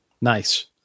nice